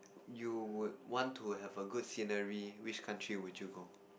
you would want to have a good scenery which country would you go